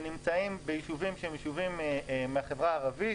שנמצאים ביישובים שהם בחברה הערבית